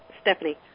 Stephanie